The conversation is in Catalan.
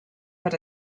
per